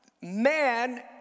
Man